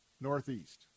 Northeast